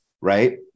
Right